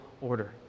order